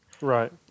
Right